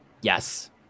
Yes